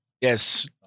Yes